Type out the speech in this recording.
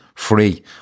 free